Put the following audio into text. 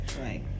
right